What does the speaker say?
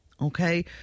Okay